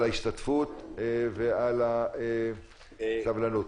על ההשתתפות ועל הסבלנות.